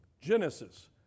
Genesis